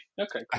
Okay